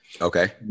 Okay